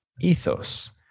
Ethos